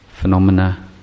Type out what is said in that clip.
phenomena